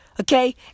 Okay